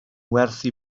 werthu